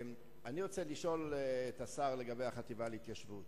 אני רוצה לשאול את השר בנושא החטיבה להתיישבות.